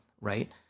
Right